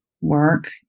work